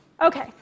Okay